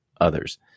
others